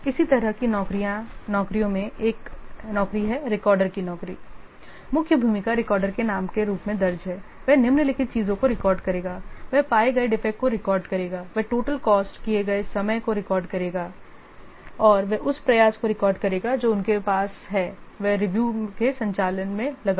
इसी तरह की नौकरियों मैं रिकॉर्डर की नौकरी इसी तरह हैं मुख्य भूमिका रिकॉर्डर के नाम के रूप में दर्ज है वह निम्नलिखित चीजों को रिकॉर्ड करेगा वह पाए गए डिफेक्ट को रिकॉर्ड करेगा वह टोटल कॉस्ट किए गए समय को रिकॉर्ड करेगा और वह उस प्रयास को रिकॉर्ड करेगा जो उनके पास है इस रिव्यू के संचालन में लगाओ